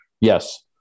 Yes